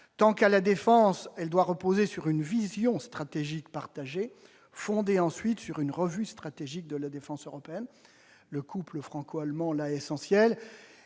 national. La défense doit reposer sur une vision stratégique partagée, fondée sur une revue stratégique de la défense européenne. Le couple franco-allemand est essentiel.